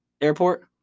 airport